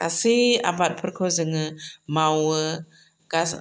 गासै आबादफोरखौ जोङो मावो